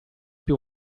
più